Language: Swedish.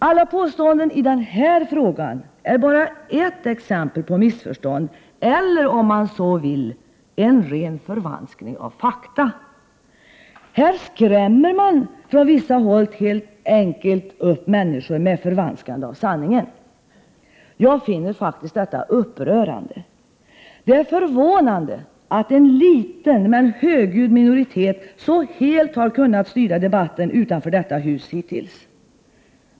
Alla påståenden i denna fråga är bara ett exempel på missförstånd eller, om ni så vill, ren förvanskning av fakta. Här skrämmer man från vissa håll helt enkelt upp människor med förvanskande av sanningen! Jag finner detta upprörande. Det är förvånande att en liten men högljudd minoritet så helt har kunnat styra debatten utanför detta hus hittills.